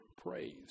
praise